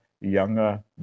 younger